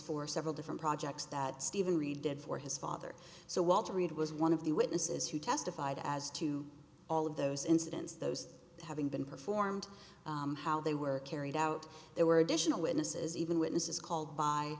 for several different projects that steven reed did for his father so walter reed was one of the witnesses who testified as to all of those incidents those having been performed how they were carried out there were additional witnesses even witnesses called by